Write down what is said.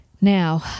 Now